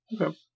Okay